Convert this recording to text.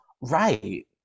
right